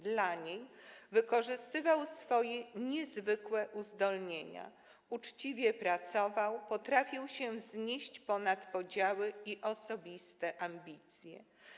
Dla niej wykorzystywał swoje niezwykłe uzdolnienia, uczciwie pracował, potrafił się wznieść ponad podziały i osobiste ambicje.